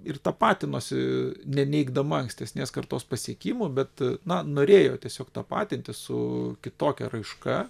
ir tapatinosi neneigdama ankstesnės kartos pasiekimų bet na norėjo tiesiog tapatintis su kitokia raiška